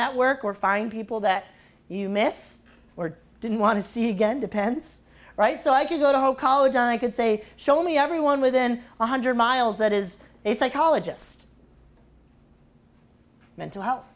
network or find people that you miss or didn't want to see again depends right so i can go to whole college i could say show me everyone within one hundred miles that is a psychologist mental health